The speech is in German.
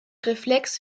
reflex